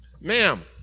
Ma'am